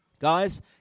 Guys